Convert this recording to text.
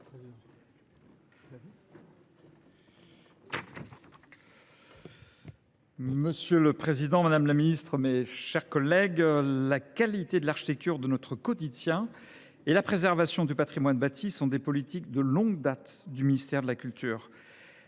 Monsieur le président, madame la ministre, mes chers collègues, la qualité de l’architecture de notre quotidien et la préservation du patrimoine bâti sont des politiques menées de longue date par le ministère de la culture.